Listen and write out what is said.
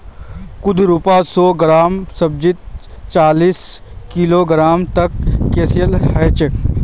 कुंदरूर सौ ग्राम सब्जीत चालीस मिलीग्राम तक कैल्शियम ह छेक